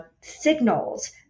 signals